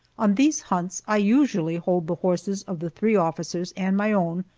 on these hunts i usually hold the horses of the three officers and my own,